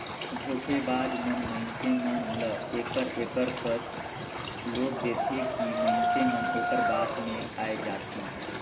धोखेबाज मन मइनसे मन ल एकर एकर कस लोभ देथे कि मइनसे मन ओकर बात में आए जाथें